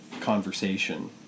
conversation